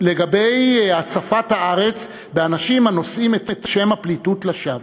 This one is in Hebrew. לגבי הצפת הארץ באנשים הנושאים את שם הפליטות לשווא.